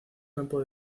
campo